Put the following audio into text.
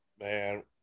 man